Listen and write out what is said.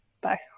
bye